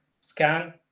scan